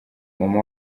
mama